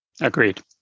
Agreed